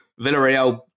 Villarreal